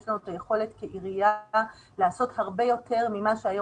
יש לנו את היכולת כעירייה לעשות הרבה יותר ממה שהיום